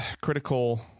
critical